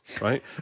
right